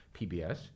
PBS